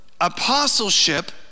apostleship